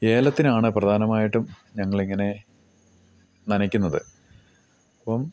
ഏലത്തിനാണ് പ്രധാനമായിട്ടും ഞങ്ങളിങ്ങനെ നനക്കുന്നത് അപ്പം